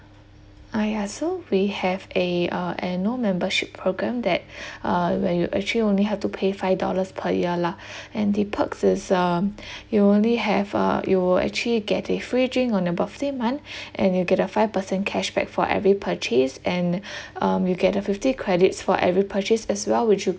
ah ya so we have a uh annual membership program that uh where you actually only have to pay five dollars per year lah and the perks is um you only have uh you will actually get a free drink on your birthday month and you get a five percent cashback for every purchase and um you get a fifty credits for every purchase as well which you